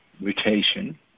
mutation